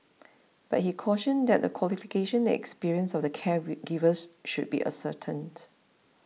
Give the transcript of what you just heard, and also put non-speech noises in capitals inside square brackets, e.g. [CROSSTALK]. but he cautioned that the qualifications and experience of the [UNINTELLIGIBLE] givers should be ascertained